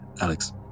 Alex